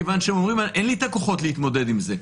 מכיוון שהם אומרים: אין לי את הכוחות להתמודד עם זה.